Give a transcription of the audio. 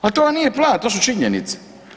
Pa to vam nije plan, to su činjenice.